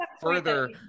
further –